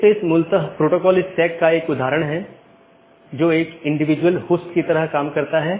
इसलिए एक multihome agent autonomous सिस्टमों के प्रतिबंधित सेट के लिए पारगमन कि तरह काम कर सकता है